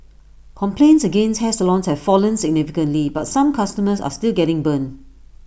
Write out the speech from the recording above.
complaints against hair salons have fallen significantly but some customers are still getting burnt